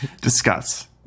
Discuss